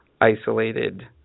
isolated